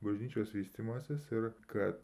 bažnyčios vystymasis ir kad